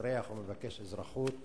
ממתאזרח או ממבקש אזרחות